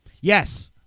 Yes